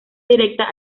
directa